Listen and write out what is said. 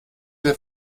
der